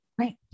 Right